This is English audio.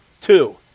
Two